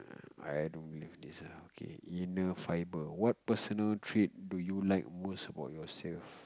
I don't like this ah okay inner fibre what personal trait do you like most about yourself